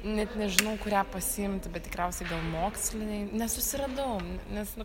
net nežinau kurią pasiimt bet tikriausiai gal mokslinei nesusiradau nes nu